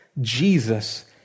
Jesus